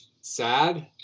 sad